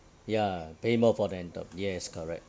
ya pay more for rental yes correct